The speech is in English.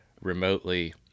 remotely